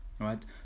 right